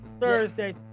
Thursday